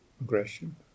aggression